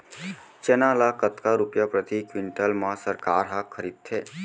चना ल कतका रुपिया प्रति क्विंटल म सरकार ह खरीदथे?